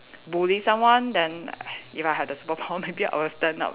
bully someone then if I have the superpower maybe I will stand up